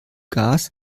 gas